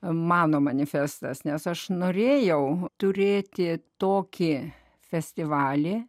mano manifestas nes aš norėjau turėti tokį festivalį